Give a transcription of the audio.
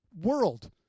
world